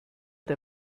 der